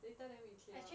later then we clear